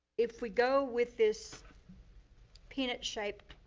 if we go with this peanut-shaped,